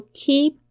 keep